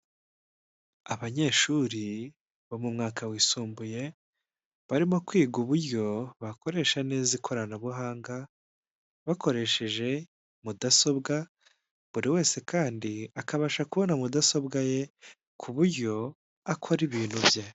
Abanyeshuri bo mu mwaka wisumbuye, barimo kwiga uburyo bakoresha neza ikoranabuhanga, bakoresheje mudasobwa, buri wese kandi akabasha kubona mudasobwa ye ku buryo akora ibintu bye.